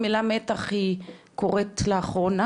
והאם המילה 'מתח' היא קוראת לאחרונה,